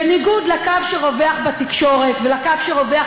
בניגוד לקו שרווח בתקשורת ולקו שרווח